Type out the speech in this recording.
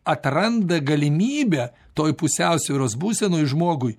atranda galimybę toj pusiausvyros būsenoj žmogui